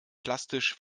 plastisch